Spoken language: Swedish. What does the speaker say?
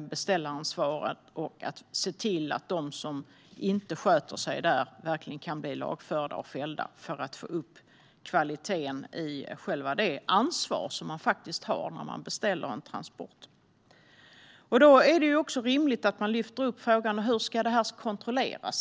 beställaransvaret och se till att de som inte sköter sig där verkligen kan bli lagförda och fällda så att vi kan få upp kvaliteten i själva det ansvar som man faktiskt har när man beställer en transport. Då är det också rimligt att vi lyfter upp frågan om hur det här ska kontrolleras.